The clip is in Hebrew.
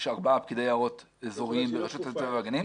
יש ארבעה פקידי יערות אזוריים ברשות הטבע והגנים.